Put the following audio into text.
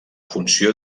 funció